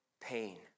pain